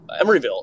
Emeryville